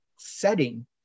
setting